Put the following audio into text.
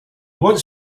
wants